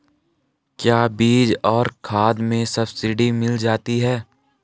क्या बीज और खाद में सब्सिडी मिल जाती है?